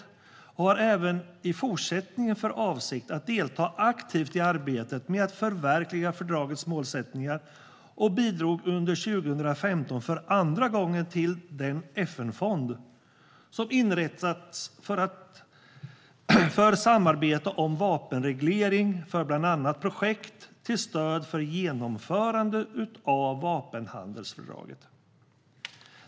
Regeringen har även i fortsättningen för avsikt att delta aktivt i arbetet med att förverkliga fördragets målsättningar och bidrog under 2015 för andra gången till den FN-fond som inrättats för samarbete om vapenreglering, bland annat för projekt till stöd för genomförande av vapenhandelsfördraget.